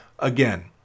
again